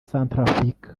centrafrique